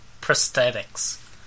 prosthetics